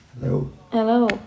Hello